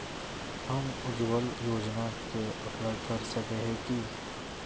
हम उज्वल योजना के अप्लाई कर सके है की?